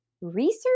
research